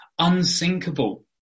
unsinkable